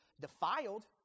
defiled